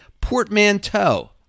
portmanteau